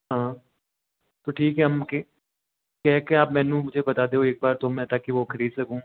हाँ तो ठीक है हम ओके क्या आप मेनू मुझे बता दो एक बार तो मैं ताकि वो खरीद सकूँ